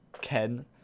Ken